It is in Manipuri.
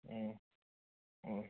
ꯎꯝ ꯎꯝ